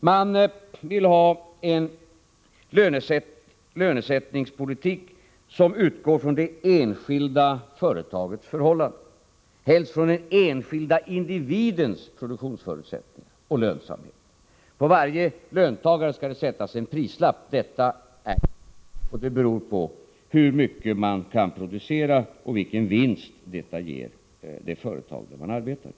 Man vill ha en lönesättningspolitik som utgår från det enskilda företagets förhållanden, helst från den enskilda individens produktionsförutsättningar och lönsamhet. På varje löntagare skall det sättas en prislapp: Detta är du värd. — Det hela beror på hur mycket man kan producera och vilken vinst detta ger det företag som vederbörande arbetar i.